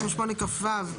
78כו,